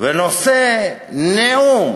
ונושא נאום